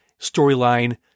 storyline